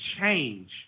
change